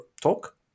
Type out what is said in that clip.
talk